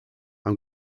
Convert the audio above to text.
i’m